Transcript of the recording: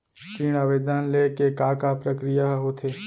ऋण आवेदन ले के का का प्रक्रिया ह होथे?